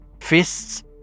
fists